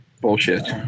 bullshit